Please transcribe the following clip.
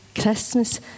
Christmas